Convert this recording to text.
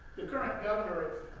the current governor of